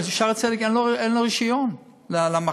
"בשערי צדק" אין לו רישיון למחלקה,